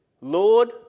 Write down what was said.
Lord